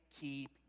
keep